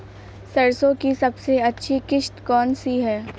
सरसो की सबसे अच्छी किश्त कौन सी है?